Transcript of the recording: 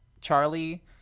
Charlie